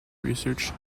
research